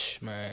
Man